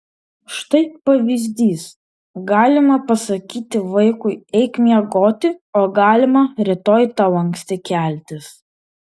štai pavyzdys galima pasakyti vaikui eik miegoti o galima rytoj tau anksti keltis